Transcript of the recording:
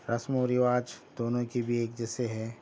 رسم و رواج دونوں کی بھی ایک جیسے ہے